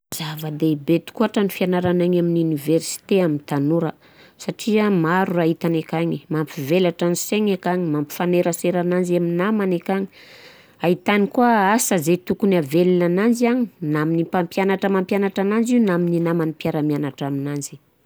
Zava-dehibe tokoatrany fianaragna egny amin'ny université amy tanora, satria maro raha hitany akagny, mampivelatra ny saigny akagny, mampifanerasera ananzy amin'ny namany akagny, ahitany koà asa zay tokony ahavelona ananzy an na amin'ny mpampianatra mampianatra azy io an na amin'ny namany mpiara-mianatra aminanjy.